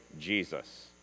Jesus